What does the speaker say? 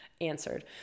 answered